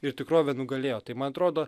ir tikrovė nugalėjo tai man atrodo